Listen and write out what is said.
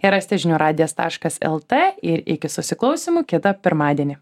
ją rasite žinių radijas taškas lt ir iki susiklausymų kitą pirmadienį